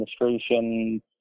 administration